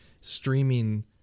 streaming